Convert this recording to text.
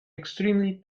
extremely